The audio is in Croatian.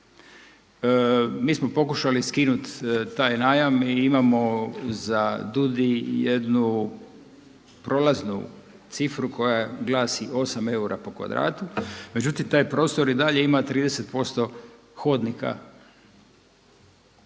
Mi smo pokušali skinut taj najam i imamo za DUUDI jednu prolaznu cifru koja glasi 8 eura po kvadratu. Međutim taj prostor i dalje ima 30% hodnika.